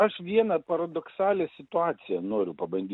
aš vieną paradoksalią situaciją noriu pabandyt